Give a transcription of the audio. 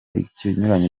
ikinyuranyo